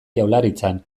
jaurlaritzan